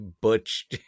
Butch